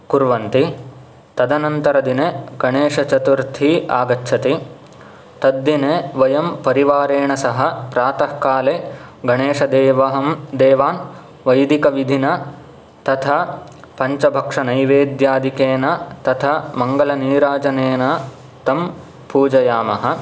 कुर्वन्ति तदनन्तरदिने गणेशचतुर्थी आगच्छति तद्दिने वयं परिवारेण सह प्रातः काले गणेशदेवहं देवं वैदिकविधिना तथा पञ्चभक्षनैवेद्यादिकेन तथा मङ्गलनीराजनेन तं पूजयामः